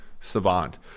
Savant